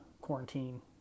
Quarantine